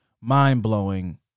mind-blowing